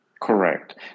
Correct